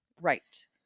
right